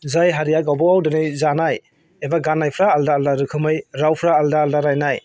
जाय हारिया गावबागाव दिनै जानाय एबा गाननायफ्रा आलदा आलदा रोखोमै रावफ्रा आलदा आलदा रायनाय